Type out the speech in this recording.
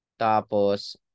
Tapos